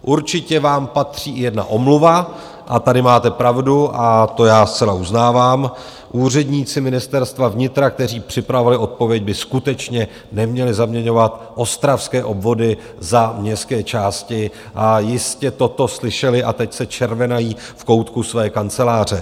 Určitě vám patří i jedna omluva, a tady máte pravdu a to já zcela uznávám, úředníci Ministerstva vnitra, kteří připravovali odpověď, by skutečně neměli zaměňovat ostravské obvody za městské části, a jistě toto slyšeli a teď se červenají v koutku své kanceláře.